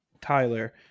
Tyler